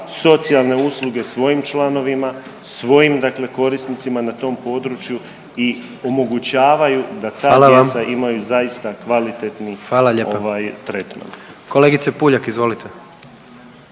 socijalne usluge svojim članovima, svojim dakle korisnicima na tom području i omogućavaju da ta djeca …/Upadica: Hvala vam./…